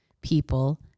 people